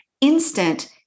instant